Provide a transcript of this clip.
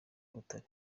butare